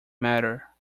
matter